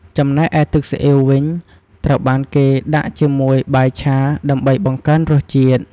ចំណែកឯទឹកស៊ីអ៊ីវវិញ ត្រូវបានគេដាក់ជាមួយបាយឆាដើម្បីបង្កើនរសជាតិ។